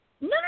no